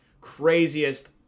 craziest